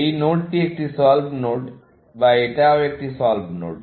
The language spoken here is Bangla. এই নোডটি একটি সল্ভড নোড এবং এটাও একটি সল্ভড নোড